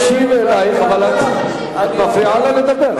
אז הלוואי, הוא מקשיב לך, אבל את מפריעה לו לדבר.